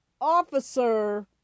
officer